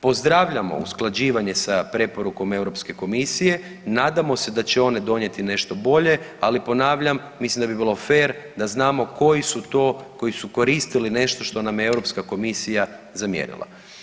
Pozdravljamo usklađivanje sa preporukom Europske komisije, nadamo da će one donijeti nešto bolje, ali ponavljam mislim da bi bilo fer da znamo koji su to koji su koristili nešto što nam je Europska komisija zamjerila.